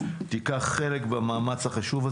עיקש ומתמיד מאז שנכנס לכנסת,